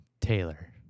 Taylor